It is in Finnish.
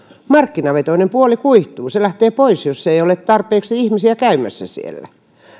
markkinavetoinen puoli kuihtuu se lähtee pois jos ei ole tarpeeksi ihmisiä käymässä siellä